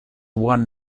one